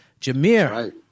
Jameer